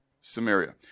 Samaria